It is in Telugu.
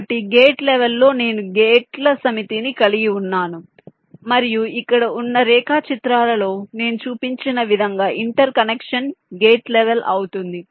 కాబట్టి గేట్ లెవెల్ లో నేను గేట్ల సమితిని కలిగి ఉన్నాను మరియు ఇక్కడ ఉన్న రేఖాచిత్రాలలో నేను చూపించిన విధంగా ఇంటర్ కనెక్షన్ గేట్ లెవెల్ అవుతుంది